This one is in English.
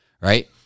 Right